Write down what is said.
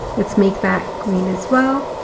let's make that green as well.